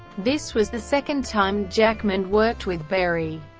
this was the second time jackman worked with berry,